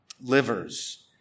livers